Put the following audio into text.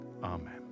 Amen